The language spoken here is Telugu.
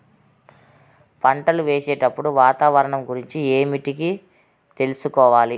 పంటలు వేసేటప్పుడు వాతావరణం గురించి ఏమిటికి తెలుసుకోవాలి?